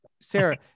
Sarah